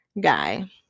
guy